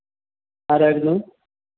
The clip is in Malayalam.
ആരായിരുന്നു